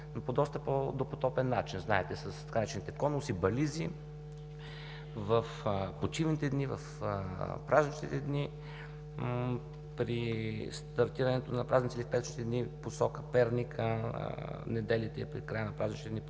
но по доста по-допотопен начин, знаете, с така наречените конуси, бализи, в почивните дни, в празничните дни при стартирането на празниците, в петъчните дни в посока Перник, а неделите и в края на празничните дни